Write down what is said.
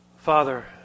Father